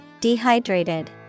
Dehydrated